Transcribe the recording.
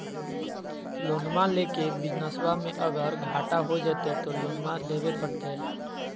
लोनमा लेके बिजनसबा मे अगर घाटा हो जयते तो लोनमा देवे परते?